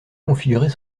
configurer